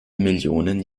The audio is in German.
millionen